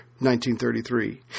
1933